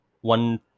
one